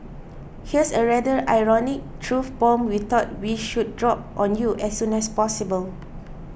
here's a rather ironic truth bomb we thought we should drop on you as soon as possible